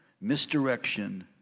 misdirection